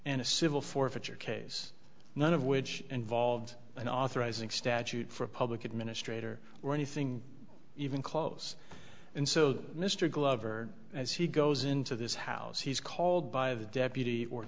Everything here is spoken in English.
a civil forfeiture case none of which involved an authorizing statute for public administrator or anything even close and so mr glover as he goes into this house he's called by the deputy